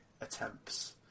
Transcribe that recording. attempts